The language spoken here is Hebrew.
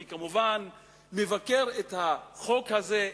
אני כמובן מבקר את החוק הזה,